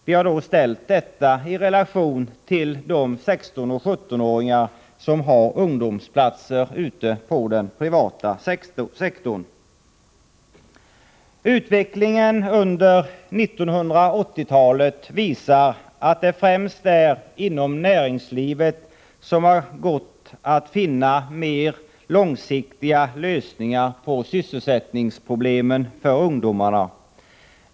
Vi har ställt detta i relation till de 16-17-åringar som har ungdomsplatser ute i den privata sektorn. Utvecklingen under 1980-talet visar att det främst är inom näringslivet som det har gått att finna mer långsiktiga lösningar på sysselsättningsproblemen för ungdomarna.